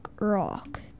Rock